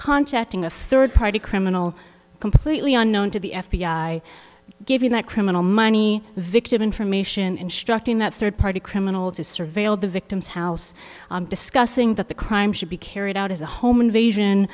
contacting a third party criminal completely unknown to the f b i giving that criminal money victim information instructing that third party criminal to surveil the victim's house discussing that the crime should be carried out as a home invasion